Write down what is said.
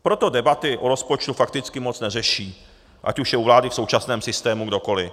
Proto debaty o rozpočtu fakticky moc neřeší, ať už je u vlády v současném systému kdokoli.